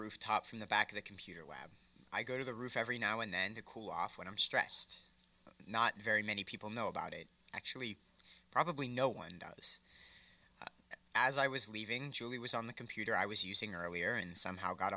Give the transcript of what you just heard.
rooftops in the back of the computer lab i go to the roof every now and then to cool off when i'm stressed not very many people know about it actually probably no one does as i was leaving julie was on the computer i was using earlier and somehow got